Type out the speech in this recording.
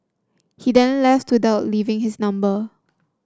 he then left without leaving his number